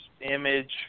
image